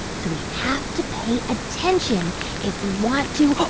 so we have to pay attention if we want to